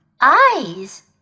eyes